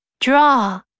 draw